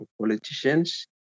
politicians